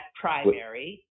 primary